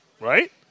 Right